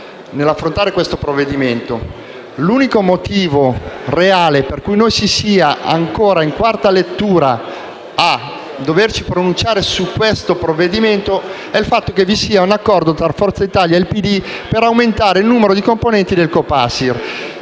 nell'affrontare questo provvedimento. L'unico motivo reale per cui noi siamo ancora, in quarta lettura, a doverci pronunciare sul provvedimento in esame è il fatto che vi sia un accordo tra Forza Italia e il PD per aumentare il numero dei componenti del Copasir.